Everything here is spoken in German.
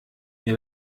mir